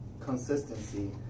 consistency